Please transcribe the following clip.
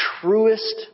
truest